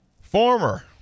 Former